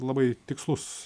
labai tikslus